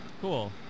Cool